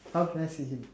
how can I see him